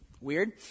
weird